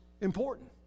important